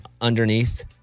underneath